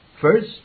First